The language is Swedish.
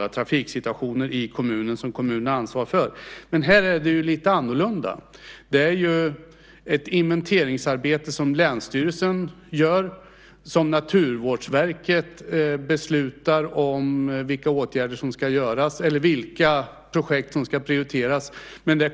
Det kan vara trafiksituationer i kommunen som kommunen har ansvar för. Men här är det lite annorlunda. Det är ju ett inventeringsarbete som länsstyrelsen gör. Naturvårdsverket beslutar om vilka åtgärder som ska vidtas eller vilka projekt som ska prioriteras.